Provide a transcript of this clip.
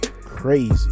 crazy